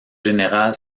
général